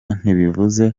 ntibivuze